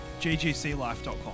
ggclife.com